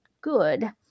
good